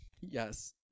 Yes